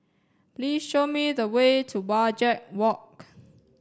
please show me the way to Wajek Walk